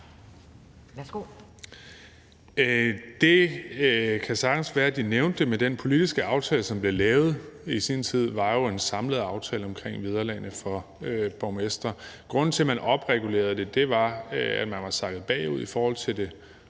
Det kan sagtens være, at de nævnte det, men den politiske aftale, som blev lavet i sin tid, var jo en samlet aftale om vederlagene for borgmestre. Grunden til, at man opregulerede det, var, at man var sakket bagud i forhold til det